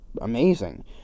amazing